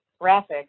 graphic